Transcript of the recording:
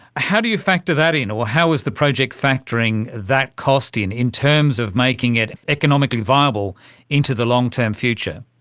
how do you factor that in, or how is the project factoring that cost in, in terms of making it economically viable into the long-term future?